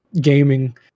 gaming